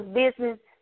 business